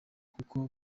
kuko